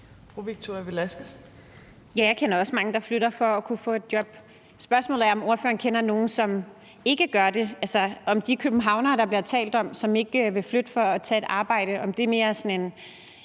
jeg kender også mange, der flytter for at kunne få et job. Spørgsmålet er, om ordføreren kender nogen, som ikke gør det, altså om de københavnere, der bliver talt om, som ikke vil flytte for at tage et arbejde, mere er sådan en